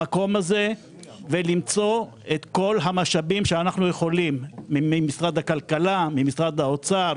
למצוא משאבים ממשרד הכלכלה, ממשרד האוצר,